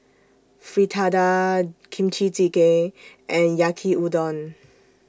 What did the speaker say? Fritada Kimchi Jjigae and Yaki Udon